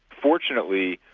fortunately,